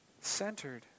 centered